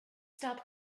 stop